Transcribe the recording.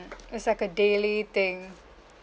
it's like a daily thing